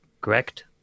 correct